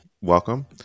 welcome